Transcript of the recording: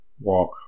walk